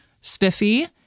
spiffy